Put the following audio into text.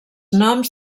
noms